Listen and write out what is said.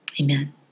Amen